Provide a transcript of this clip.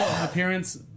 appearance